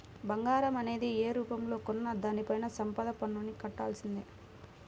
బంగారం అనేది యే రూపంలో కొన్నా దానిపైన సంపద పన్నుని కట్టాల్సిందే